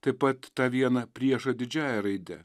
taip pat tą vieną priešą didžiąja raide